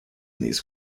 these